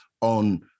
on